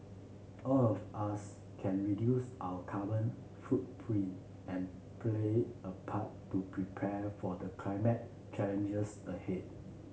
all of us can reduce our carbon footprint and play a part to prepare for the climate challenges ahead